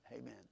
Amen